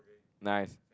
nice